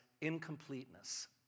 incompleteness